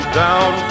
down